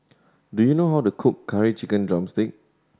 do you know how to cook Curry Chicken drumstick